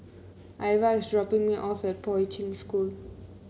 Ivah is dropping me off at Poi Ching School